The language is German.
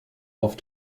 auf